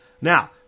Now